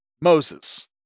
Moses